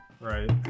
right